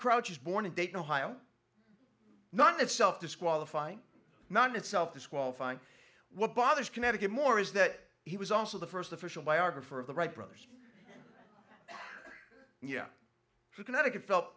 crouches born in dayton ohio not in itself disqualifying not itself disqualifying what bothers connecticut more is that he was also the first official biographer of the wright brothers who connecticut felt